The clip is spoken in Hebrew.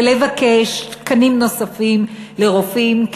ולבקש תקנים נוספים לרופאים,